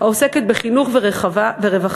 העוסקת בחינוך ורווחה,